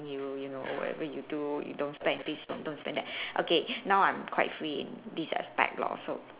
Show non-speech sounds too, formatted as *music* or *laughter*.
you you know whatever you do you don't spend this or don't spend that *breath* okay *breath* now I'm quite free in this aspect lor so